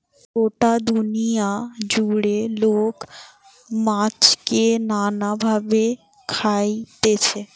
গটা দুনিয়া জুড়ে লোক মাছকে নানা ভাবে খাইছে